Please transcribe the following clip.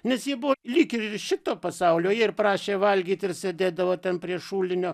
nes jie buvo lyg ir iš šito pasaulio jie ir prašė valgyt ir sėdėdavo ten prie šulinio